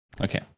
Okay